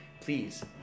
please